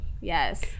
Yes